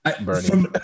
Bernie